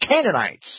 Canaanites